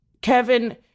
Kevin